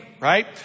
right